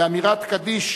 באמירת קדיש